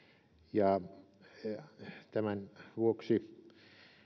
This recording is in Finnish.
ja tämän vuoksi